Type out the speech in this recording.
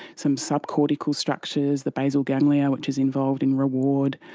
some subcortical structures, the basal ganglia which is involved in reward.